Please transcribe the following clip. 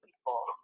people